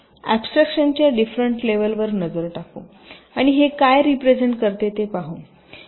अॅबस्ट्रॅक्शनच्या different लेवलवर नजर टाकू आणि हे काय रीप्रेझेन्ट करते ते पाहू